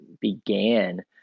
began